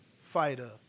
fighter